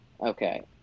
Okay